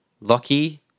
Lucky